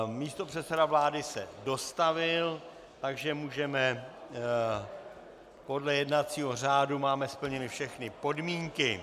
Místopředseda vlády se dostavil, takže podle jednacího řádu máme splněné všechny podmínky.